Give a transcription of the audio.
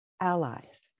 allies